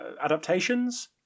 adaptations